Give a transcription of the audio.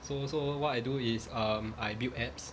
so so what I do is um I build apps